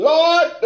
Lord